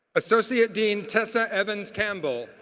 associate dean tessa evans campbell,